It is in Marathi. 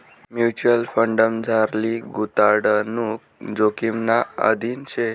म्युच्युअल फंडमझारली गुताडणूक जोखिमना अधीन शे